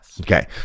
Okay